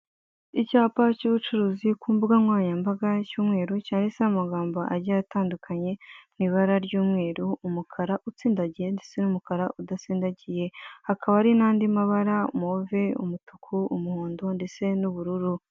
Icyapa cy'ubucuruzi kumbugankoranyambaga cy'umweru cyanditseho amagambo agiye atandukanye mwibara ry'umweru umukara utsindagiye ndetse n'umukara udatsindagiye, hakaba hari nandi mabara move, umutuku, umuhondo ndetse n'ubururu.